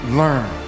learn